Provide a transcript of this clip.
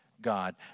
God